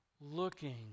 looking